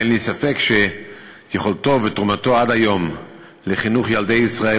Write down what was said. אין לי ספק שביכולתו ותרומתו עד היום לחינוך ילדי ישראל,